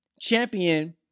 champion